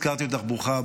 השאירה אותך לבד, בסדר.